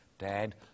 Dad